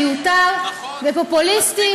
שזה דבר מיותר ופופוליסטי,